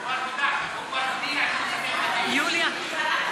כבר הודעת שאתה סוגר את